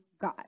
God